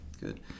Good